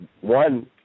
One